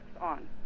on